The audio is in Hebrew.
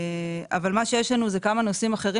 אבל מה שיש לנו הוא כמה נושאים אחרים